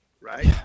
right